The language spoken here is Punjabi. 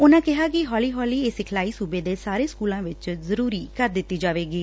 ਉਨਾਂ ਕਿਹਾ ਕਿ ਹੋਲੀ ਹੋਲੀ ਇਹ ਸਿਖਲਾਈ ਸੁਬੇ ਦੇ ਸਾਰੇ ਸਕੁਲਾਂ ਵਿਚ ਜ਼ਰੁਰੀ ਕਰ ਦਿੱਡੀ ਜਾਵੇਗੀ